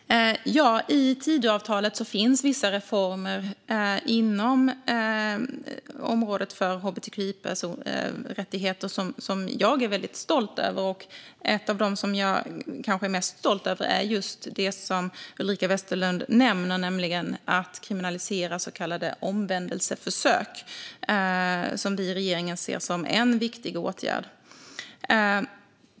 Fru talman! I Tidöavtalet finns vissa reformer inom området hbtqi-personers rättigheter som jag är väldigt stolt över. Ett av de förslag som jag är mest stolt över är just det som Ulrika Westerlund nämner, nämligen att kriminalisera så kallade omvändelseförsök som vi i regeringen ser som en viktig åtgärd.